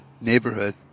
neighborhood